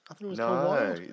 No